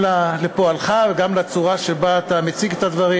לפועלך וגם לצורה שבה אתה מציג את הדברים.